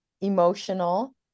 emotional